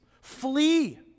flee